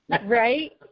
Right